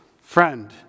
Friend